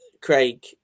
Craig